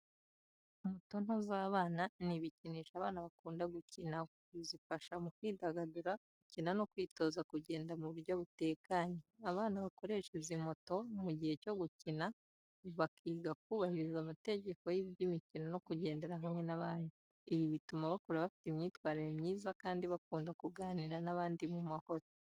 Moto nto z’abana ni ibikinisho abana bakunda gukinaho. Zifasha mu kwidagadura, gukina no kwitoza kugenda mu buryo butekanye. Abana bakoresha izi moto mu gihe cyo gukina, bakiga kubahiriza amategeko y’iby’imikino no kugendera hamwe n’abandi. Ibi bituma bakura bafite imyitwarire myiza kandi bakunda kuganira n’abandi mu mahoro.